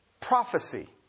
prophecy